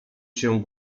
się